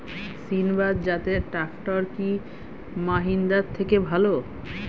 সিণবাদ জাতের ট্রাকটার কি মহিন্দ্রার থেকে ভালো?